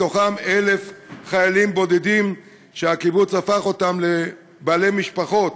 מתוכם 1,000 חיילים בודדים שהקיבוץ הפך אותם לבעלי משפחות.